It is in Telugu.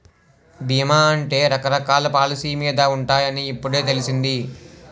బీమా అంటే రకరకాల పాలసీ మీద ఉంటాయని ఇప్పుడే తెలిసింది